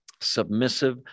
submissive